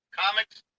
comics